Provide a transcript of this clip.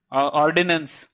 Ordinance